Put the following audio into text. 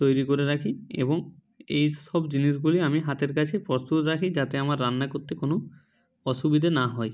তৈরি করে রাখি এবং এই সব জিনিসগুলি আমি হাতের কাছে প্রস্তুত রাখি যাতে আমার রান্না করতে কোনো অসুবিধে না হয়